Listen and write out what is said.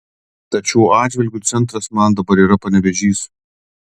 tad šiuo atžvilgiu centras man dabar yra panevėžys